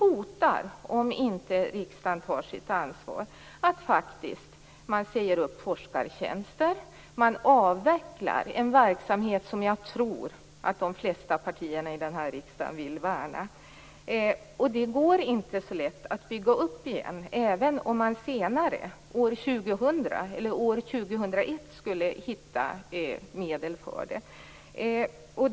Om inte riksdagen tar sitt ansvar innebär det faktiskt att man säger upp forskare, man avvecklar en verksamhet som jag tror att de flesta partierna i riksdagen vill värna. Det går inte så lätt att bygga upp den igen även om man senare, år 2000 eller år 2001, skulle hitta medel för det.